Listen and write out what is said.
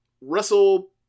Russell